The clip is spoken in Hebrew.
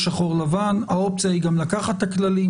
אלא גם לקחת את הכללים,